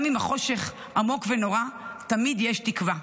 גם אם החושך עמוק ונורא, תמיד יש תקווה.